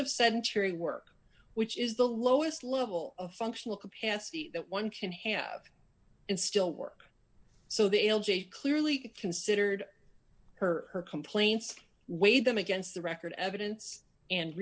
sedentary work which is the lowest level of functional capacity that one can have and still work so the l j clearly considered her her complaints weighed them against the record evidence and